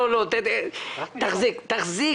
רשות הדיבור לאורלי לוי